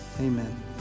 Amen